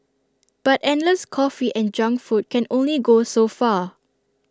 but endless coffee and junk food can only go so far